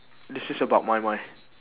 this is about my mind